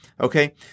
Okay